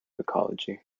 ecology